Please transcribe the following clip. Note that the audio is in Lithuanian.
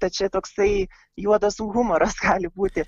tad čia toksai juodas humoras gali būti